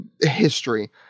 history